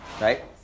Right